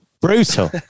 Brutal